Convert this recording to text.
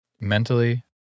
mentally